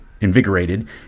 invigorated